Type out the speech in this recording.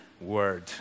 word